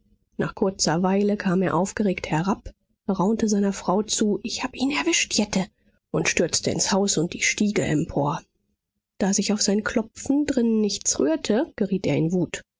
nach kurzer weile kam er aufgeregt herab raunte seiner frau zu ich hab ihn erwischt jette und stürzte ins haus und die stiege empor da sich auf sein klopfen drinnen nichts rührte geriet er in wut